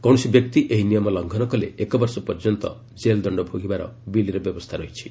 କୌଣସି ବ୍ୟକ୍ତି ଏହି ନିୟମ ଲଙ୍ଘନ କଲେ ଏକ ବର୍ଷ ପର୍ଯ୍ୟନ୍ତ ଜେଲ୍ ଦଶ୍ଡ ଭୋଗିବାର ବିଲ୍ରେ ବ୍ୟବସ୍ଥା ରହିଛି